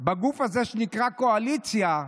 בגוף הזה שנקרא קואליציה,